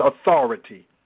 authority